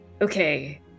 Okay